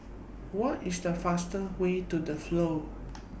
What IS The faster Way to The Flow